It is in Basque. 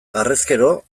harrezkero